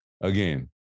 again